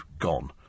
Gone